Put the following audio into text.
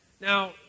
Now